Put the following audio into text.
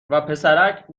وپسرک